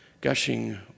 gushing